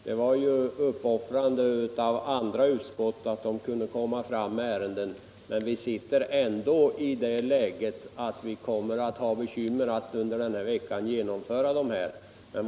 Det var ju uppoffrande av andra utskott att de kunde skjuta på ärenden, men vi kommer ändå att under den här veckan ha bekymmer att hinna med alla dessa ärenden.